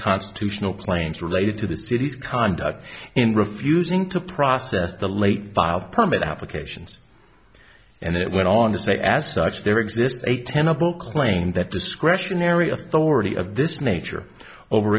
constitutional claims related to the city's conduct in refusing to process the late valve permit applications and it went on to say as such there exists a tenor proclaim that discretionary authority of this nature over